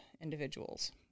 individuals